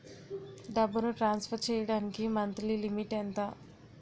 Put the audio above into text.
డబ్బును ట్రాన్సఫర్ చేయడానికి monthly limit ఎంత?